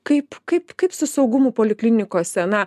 kaip kaip kaip su saugumu poliklinikose na